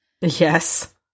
Yes